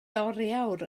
oriawr